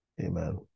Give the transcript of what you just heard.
Amen